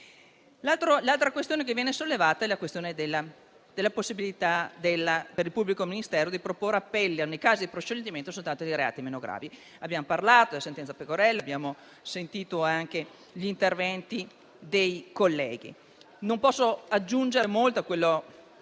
L'altra questione che viene sollevata riguarda la possibilità per il pubblico ministero di proporre appelli nei casi di proscioglimento soltanto dei reati meno gravi. Abbiamo parlato della sentenza Pecorella e abbiamo sentito anche gli interventi dei colleghi. Non posso aggiungere molto a quello